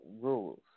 rules